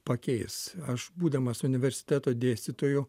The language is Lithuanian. pakeis aš būdamas universiteto dėstytoju